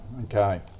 okay